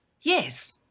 Yes